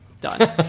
Done